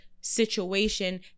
situation